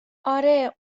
آره